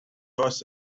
was